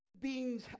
Beings